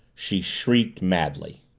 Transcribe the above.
she shrieked madly.